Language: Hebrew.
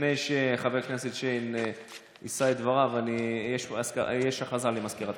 לפני שחבר הכנסת שיין יישא את דבריו יש הודעה לסגנית מזכיר הכנסת.